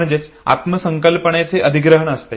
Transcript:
म्हणजेच आत्म संकल्पनेचे अधिग्रहण असते